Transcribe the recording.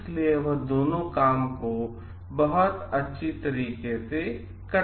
इसलिए वह दोनों काम बहुत अच्छी तरह से कर सकता है